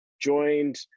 joined